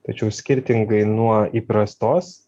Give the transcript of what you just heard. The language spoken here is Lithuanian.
tačiau skirtingai nuo įprastos